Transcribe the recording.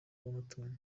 bw’amatungo